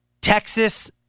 Texas-